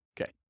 Okay